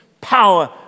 power